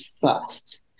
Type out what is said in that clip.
first